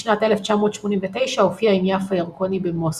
בשנת 1989 הופיע עם יפה ירקוני במוסקבה.